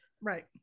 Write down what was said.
Right